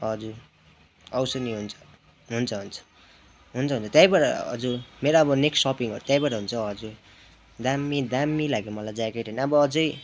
हजुर आउँछु नि हुन्छ हुन्छ हुन्छ हुन्छ हुन्छ त्यहीँबाट हजुर मेरो सब नेक्स्ट सपिङहरू त्यहीँबाट हुन्छ हजुर दामी दामी लाग्यो मलाई ज्याकेट अब अझै